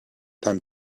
time